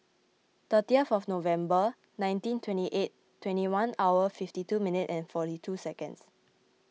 thirty fourth November nineteen twenty eight twenty one hours fifty two minutes and forty two seconds